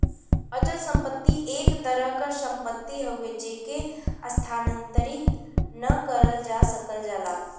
अचल संपत्ति एक तरह क सम्पति हउवे जेके स्थानांतरित न करल जा सकल जाला